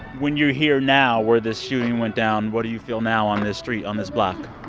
when you're here now where this shooting went down, what do you feel now on this street, on this block?